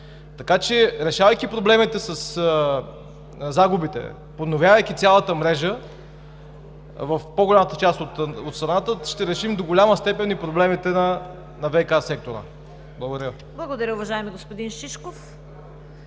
мрежите. Решавайки проблемите със загубите, подновявайки цялата мрежа в по-голямата част от страната, ще решим до голяма степен и проблемите на ВиК сектора. Благодаря.